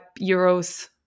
euros